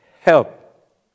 help